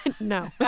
No